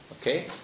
Okay